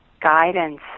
guidance